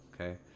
okay